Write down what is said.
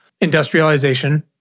industrialization